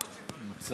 רבותיי חברי הכנסת, אני